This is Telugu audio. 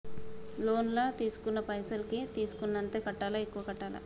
లోన్ లా తీస్కున్న పైసల్ కి తీస్కున్నంతనే కట్టాలా? ఎక్కువ కట్టాలా?